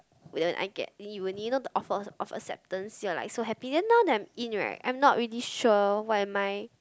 whether I'll get in uni you know the offer offer acceptance you're like so happy then now that I'm in right I'm not really sure what am I